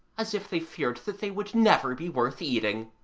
as if they feared that they would never be worth eating.